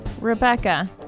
Rebecca